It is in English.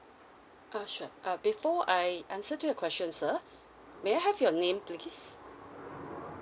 uh sure before I answer to your question sir may I have your name please